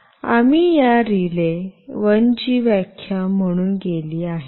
आणि आम्ही या रिले 1 ची व्याख्या म्हणून केली आहे